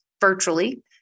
virtually